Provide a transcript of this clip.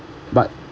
but